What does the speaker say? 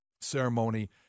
ceremony